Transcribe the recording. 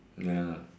ya